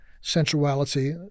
sensuality